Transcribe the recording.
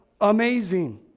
amazing